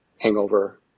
Hangover